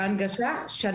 כן, בהנגשה שנה וחצי.